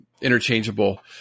interchangeable